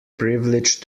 privilege